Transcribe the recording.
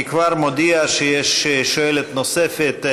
אני כבר מודיע שיש שואלת נוספת,